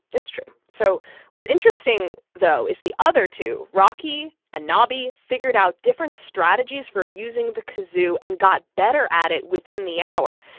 that's true. so what's interesting, though, is the other two rocky and knobi figured out different strategies for using the kazoo and got better at it within the hour.